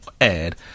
add